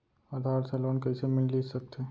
आधार से लोन कइसे मिलिस सकथे?